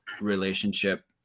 relationship